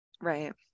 Right